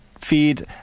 feed